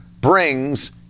brings